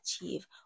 achieve